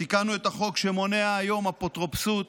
תיקנו את החוק שמונע היום אפוטרופסות